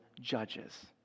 judges